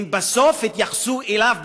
בסוף הם התייחסו אליו בגזענות,